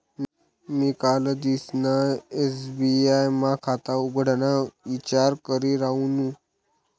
मी कालदिसना एस.बी.आय मा खाता उघडाना ईचार करी रायनू